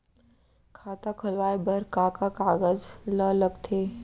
खाता खोलवाये बर का का कागज ल लगथे?